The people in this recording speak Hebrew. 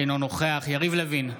אינו נוכח יריב לוין,